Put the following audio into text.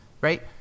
right